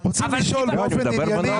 אבל --- רוצים לשאול באופן ענייני